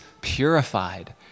purified